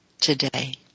today